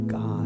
God